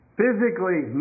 physically